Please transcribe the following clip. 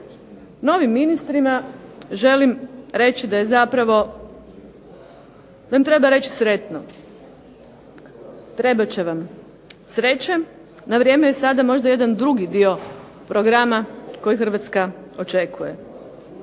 Novim ministrima želim reći da je zapravo, da im treba reći sretno, trebat će vam sreće. Na vrijeme je sada možda jedan drugi dio programa koji Hrvatska očekuje.